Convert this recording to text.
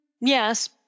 yes